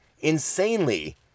Insanely